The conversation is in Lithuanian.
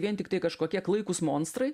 vien tiktai kažkokie klaikūs monstrai